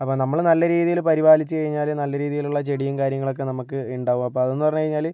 അപ്പോൾ നമ്മൾ നല്ല രീതിയില് പരിപാലിച്ച് കഴിഞ്ഞാൽ നല്ല രീതിയിലുള്ള ചെടിയും കാര്യങ്ങളൊക്കെ നമ്മൾക്ക് ഉണ്ടാവും അപ്പോൾ അതെന്ന് പറഞ്ഞ് കഴിഞ്ഞാൽ